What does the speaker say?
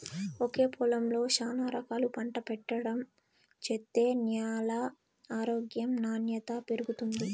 ఒకే పొలంలో శానా రకాలు పంట పెట్టడం చేత్తే న్యాల ఆరోగ్యం నాణ్యత పెరుగుతుంది